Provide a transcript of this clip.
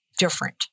Different